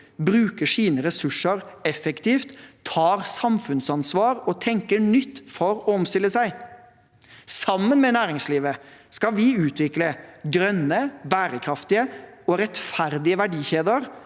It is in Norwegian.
bruker sine ressurser effektivt, tar samfunnsansvar og tenker nytt for å omstille seg. Sammen med næringslivet skal vi utvikle grønne, bærekraftige og rettferdige verdikjeder.